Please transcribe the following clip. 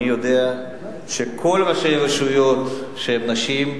אני יודע שכל ראשי הרשויות שהם נשים,